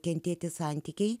kentėti santykiai